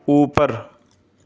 اوپر